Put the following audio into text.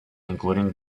including